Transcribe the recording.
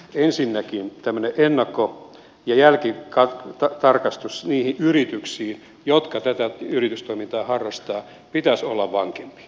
ensinnäkin tämmöisen ennakko ja jälkitarkastuksen niihin yrityksiin jotka tätä yritystoimintaa harrastavat pitäisi olla vankempi